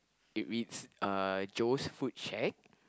it reads uh Joe's food shack